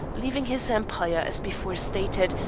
leaving his empire, as before stated,